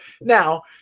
Now